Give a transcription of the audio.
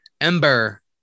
Ember